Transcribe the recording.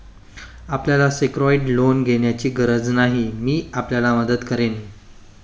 आपल्याला secured loan घेण्याची गरज नाही, मी आपल्याला मदत करेन